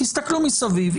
יסתכלו מסביב,